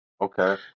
Okay